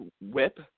whip